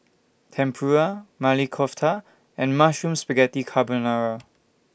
Tempura Maili Kofta and Mushroom Spaghetti Carbonara